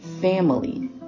family